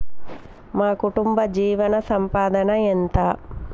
మా కుటుంబ జీవన సంపాదన ఎంత?